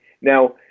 Now